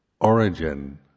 Origin